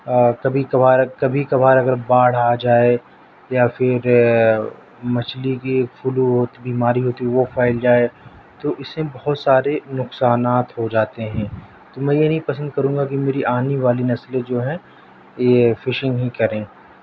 کبھی کبھار کبھی کبھار اگر باڑھ آ جائے یا پھر مچھلی کی فلو بیماری ہوتی ہے وہ پھیل جائے تو اس میں بہت سارے نقصانات ہو جاتے ہیں تو میں یہ نہیں پسند کروں گا کہ میری آنی والی نسلیں جو ہیں یہ فشنگ ہی کریں